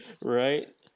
Right